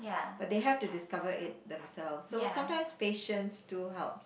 but they have to discover it themselves so sometimes patience do helps